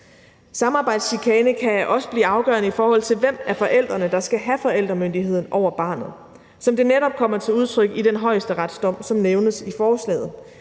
Samarbejdschikane kan også blive afgørende for, hvem af forældrene der skal have forældremyndigheden over barnet, som det netop kommer til udtryk i den højesteretsdom, som bliver nævnt i forslaget.